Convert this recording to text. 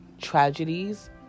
tragedies